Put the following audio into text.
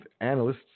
analysts